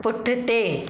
पुठिते